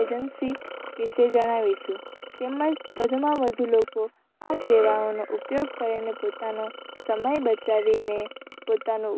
agency વિશે જણાવીશું તેમજ વધુમાં વધુ લોકો આ સેવાઓનો ઉપયોગ કરીને પોતાનો સમય બચાવીને પોતાનો